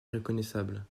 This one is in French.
reconnaissable